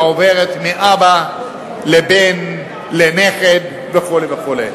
שעוברת מאבא לבן, לנכד וכו' וכו'.